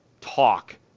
talk